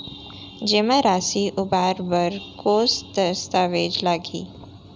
जेमा राशि उबार बर कोस दस्तावेज़ लागही?